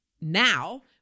now